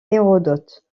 hérodote